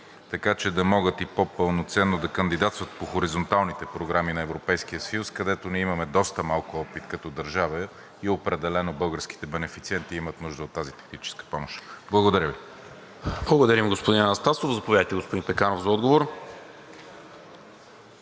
така че да могат и по-пълноценно да кандидатстват по хоризонталните програми на Европейския съюз, където ние имаме доста малко опит като държава и определено българските бенефициенти имат нужда от тази техническа помощ? Благодаря Ви. ПРЕДСЕДАТЕЛ НИКОЛА МИНЧЕВ: Благодаря, господин Анастасов. Заповядайте, господин Пеканов, за отговор.